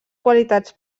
qualitats